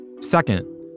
Second